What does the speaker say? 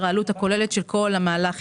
העלות הכוללת של כל המהלך,